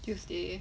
tuesday